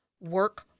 Work